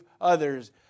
others